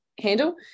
handle